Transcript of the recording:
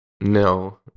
No